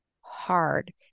hard